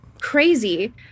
crazy